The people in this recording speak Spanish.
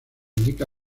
indica